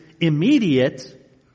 immediate